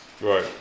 Right